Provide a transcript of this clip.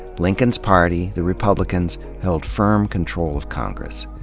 lincoln's party, the republicans, held firm control of congress.